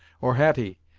or hetty,